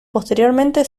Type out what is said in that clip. posteriormente